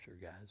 guys